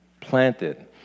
planted